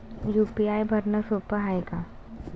UPI भरनं सोप हाय का?